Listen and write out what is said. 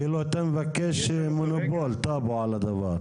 כאילו אתה מבקש מונופול, טאבו על הדבר.